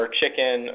chicken